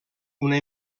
una